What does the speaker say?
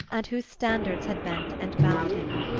and whose standards had bent and bound him?